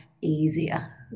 easier